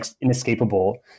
inescapable